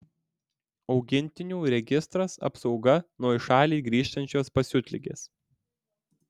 augintinių registras apsauga nuo į šalį grįžtančios pasiutligės